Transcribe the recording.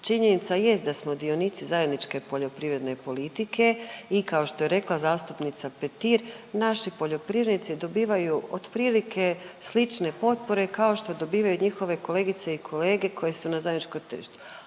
Činjenica jest da smo dionici Zajedničke poljoprivredne politike i kao što je rekla zastupnica Petir, naši poljoprivrednici dobivaju otprilike slične potpore kao što dobivaju njihove kolegice i kolege koje su na zajedničkom tržištu,